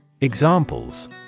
Examples